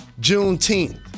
Juneteenth